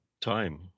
time